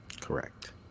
correct